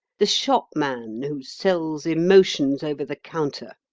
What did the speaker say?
the shopman who sells emotions over the counter.